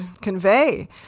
convey